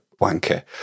wanker